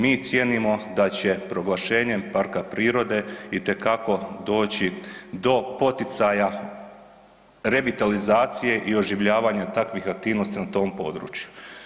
Mi cijenimo da će proglašenjem parka prirode itekako doći do poticaja, revitalizacije i oživljavanja takvih aktivnosti na tom području.